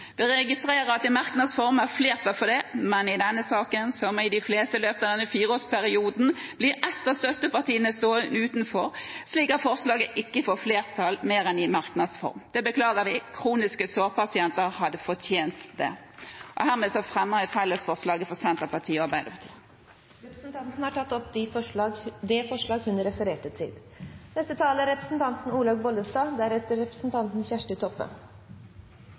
Vi registrerer at det i merknadsform er flertall for det, men i denne saken, som i de fleste i løpet av denne fireårsperioden, blir ett av støttepartiene stående utenfor slik at forslaget ikke får flertall i mer enn merknads form. Det beklager vi. Kroniske sårpasienter hadde fortjent det. Herved fremmer jeg fellesforslaget fra Senterpartiet og Arbeiderpartiet. Representanten Ruth Grung har tatt opp det forslaget hun refererte til. Som flere har sagt, antar vi at det er